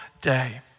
day